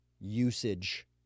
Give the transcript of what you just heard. usage